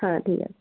হ্যাঁ ঠিক আছে